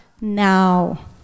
now